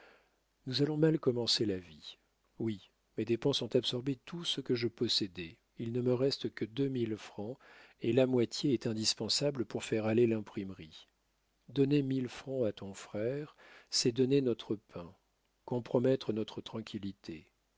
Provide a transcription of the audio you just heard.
nous allons mal commencer la vie oui mes dépenses ont absorbé tout ce que je possédais il ne me reste que deux mille francs et la moitié est indispensable pour faire aller l'imprimerie donner mille francs à ton frère c'est donner notre pain compromettre notre tranquillité